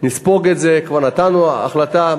נספוג את זה, כבר נתנו החלטה.